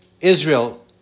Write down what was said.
Israel